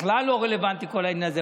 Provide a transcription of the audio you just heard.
בכלל לא רלוונטי כל העניין הזה.